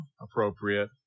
appropriate